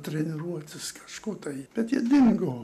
treniruotis kažkur tai bet jie dingo